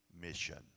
mission